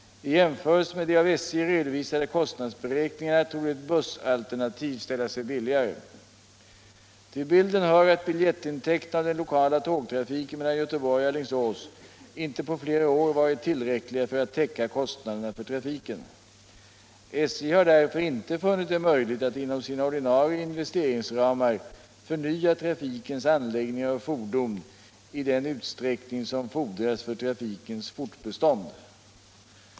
I jämförelse med de av SJ redovisade kostnadsberäkningarna torde ett bussalternativ ställa sig billigare. Till bilden hör att biljettintäkterna av den lokala tågtrafiken mellan Göteborg och Alingsås inte på flera år varit tillräckliga för att täcka kostnaderna för trafiken. SJ har därför inte funnit det möjligt att inom sina ordinarie investeringsramar förnya trafikens anläggningar och fordon i den utsträckning som fordras för trafikens fortbestånd.